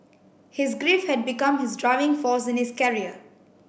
his grief had become his driving force in his career